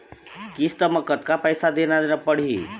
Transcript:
किस्त म कतका पैसा देना देना पड़ही?